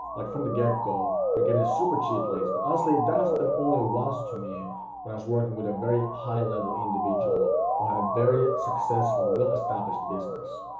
like from the get-go you're getting super cheap leads. but honestly that has happened only once to me when i was working with a very high-level individual who had a very successful, well-established business.